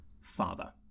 father